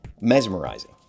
mesmerizing